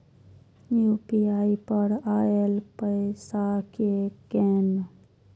UPI पर आएल पैसा कै कैन?